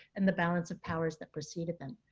and the balance of powers that preceded them.